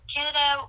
Canada